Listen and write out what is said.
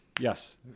Yes